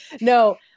No